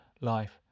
life